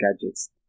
gadgets